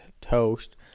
toast